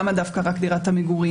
למה דווקא רק דירת המגורים?